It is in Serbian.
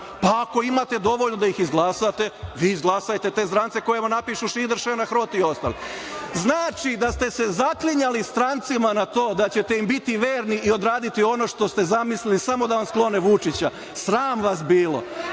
pa ako imate dovoljno da ih izglasate, vi izglasajte te zakone koje vam napišu Šider, Šeneh, Rot i ostali. Znači, da ste se zaklinjali strancima na to da ćete im biti verni i odraditi ono što ste zamislili samo da vam sklone Vučića, sram vas bilo.